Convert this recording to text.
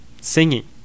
singing